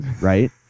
right